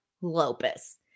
Lopez